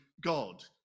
God